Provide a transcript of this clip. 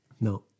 No